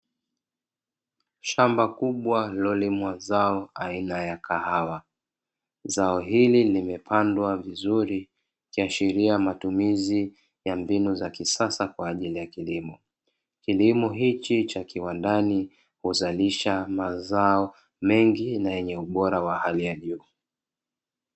Shamba kubwa lililolimwa zao aina ya kahawa, zao hili limepandwa vizuri ikiashiria matumizi ya mbinu za kisasa kwa ajili ya kilimo, kilimo hichi cha kiwandani huzalisha mazao mengi na yenye ubora wa hali ya juu.